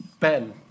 Ben